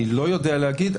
אני לא יודע להגיד,